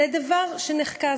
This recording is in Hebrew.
זה דבר שנחקר,